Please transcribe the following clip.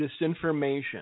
disinformation